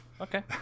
Okay